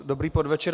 Dobrý podvečer.